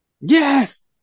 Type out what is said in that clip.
Yes